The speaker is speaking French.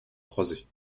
croisés